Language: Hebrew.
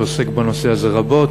שעוסק בנושא הזה רבות.